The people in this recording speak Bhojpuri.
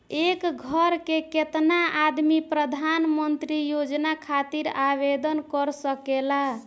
एक घर के केतना आदमी प्रधानमंत्री योजना खातिर आवेदन कर सकेला?